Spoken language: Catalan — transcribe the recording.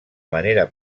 manera